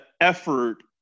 effort